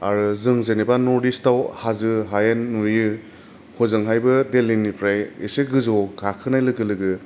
आरो जों जेन'बा नर्थ इस्टआव हाजो हायेन नुयो हजोंहायबो दिल्लीनिफ्राय एसे गोजौवाव गाखोनाय लोगो लोगो